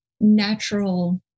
natural